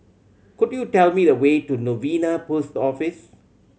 could you tell me the way to Novena Post Office